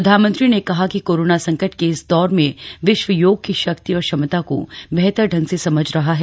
प्रधानमंत्री ने कहा कि कोरोना संकट के इस दौर में विश्व योग की शक्ति और क्षमता को बेहतर ढंग से समझ रहा है